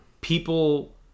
People